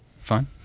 fine